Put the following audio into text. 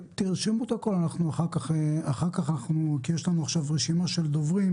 כי מהניסיון שלנו,